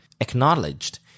acknowledged